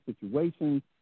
situations